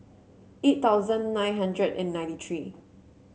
eight thousand nine hundred and ninety three